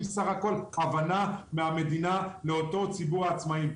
בסך הכל הבנה מהמדינה לאותו ציבור עצמאים.